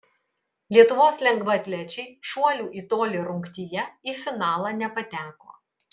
lietuvos lengvaatlečiai šuolių į tolį rungtyje į finalą nepateko